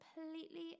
completely